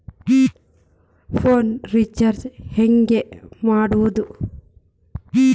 Phone recharge ಹೆಂಗೆ ಮಾಡೋದು?